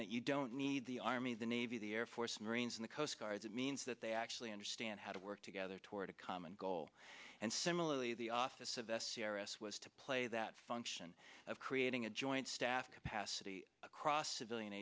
that you don't need the army the navy the air force marines and the coast guard that means that they actually understand how to work together toward a common goal and similarly the office of s c r s was to play that function of creating a joint staff capacity across civilian